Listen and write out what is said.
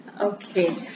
okay